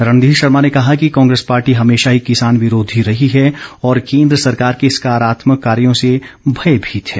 रणधीर शर्मा ने कहा कि कांग्रेस पार्टी हमेशा ही किसान विरोधी रही है और केन्द्र सरकार के सकारात्मक कार्यों से भयभीत है